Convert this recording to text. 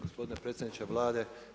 Gospodine predsjedniče Vlade.